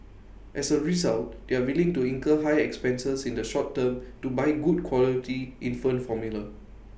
as A result they are willing to incur high expenses in the short term to buy good quality infant formula